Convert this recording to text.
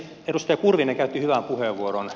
edustaja kurvinen käytti hyvän puheenvuoron